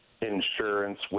insurance